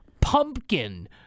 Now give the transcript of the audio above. pumpkin